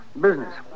Business